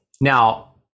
Now